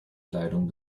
kleidung